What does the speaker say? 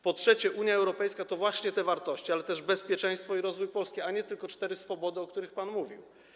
Po trzecie, Unia Europejska to właśnie te wartości, ale też bezpieczeństwo i rozwój Polski, a nie tylko cztery swobody, o których pan mówił.